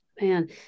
Man